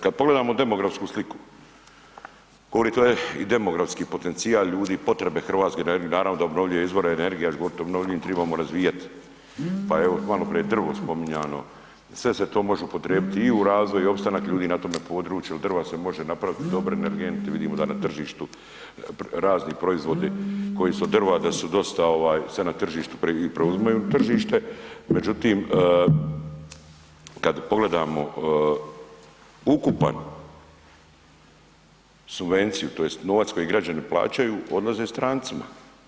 Kad pogledamo demografsku sliku, ... je i demografski potencijal ljudi, potrebe Hrvatske, naravno da obnovljive izvore energije, ja ću govorit i obnovljivim, tribamo razvijat, pa evo malo prije drvo spominjano, sve se to može upotrijebit, i u razvoj, i opstanak ljudi na tome području, od drva se može napraviti dobri energenti, vidimo da na tržištu razni proizvodi koji su od drva da su dosta, ovaj, se na tržištu, preuzimaju tržište, međutim kad pogledamo ukupan subvenciju to jest novac koji građani plaćaju, odlaze strancima.